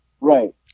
right